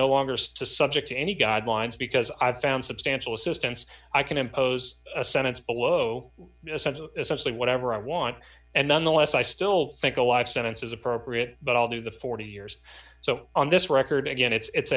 no longer subject to any guidelines because i've found substantial assistance i can impose a sentence below essentially essentially whatever i want and nonetheless i still think a life sentence is appropriate but i'll do the forty years so on this record again it's